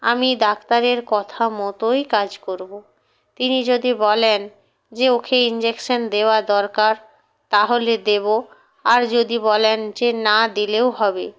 আমি ডাক্তারের কথা মতোই কাজ করবো তিনি যদি বলেন যে ওকে ইনজেকশান দেওয়া দরকার তাহলে দেবো আর যদি বলেন যে না দিলেও হবে